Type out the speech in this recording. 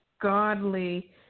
godly